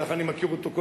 כך אני מכיר אותו,